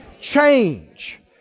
Change